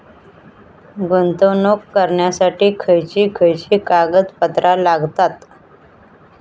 गुंतवणूक करण्यासाठी खयची खयची कागदपत्रा लागतात?